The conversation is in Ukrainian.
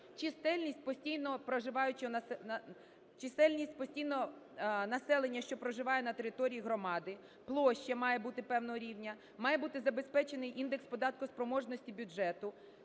Чисельність постійного населення, що проживає на території громади; площа має бути певного рівня; має бути забезпечений індекс податкоспроможності бюджету;